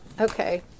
Okay